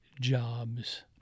jobs